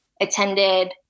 attended